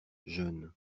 jeûnent